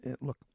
look